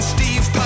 Steve